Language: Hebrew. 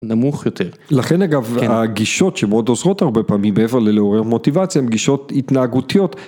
נמוך יותר. לכן אגב הגישות שמאוד עוזרות הרבה פעמים מעבר ללעורר מוטיבציה, הן גישות התנהגותיות.